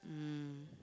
mm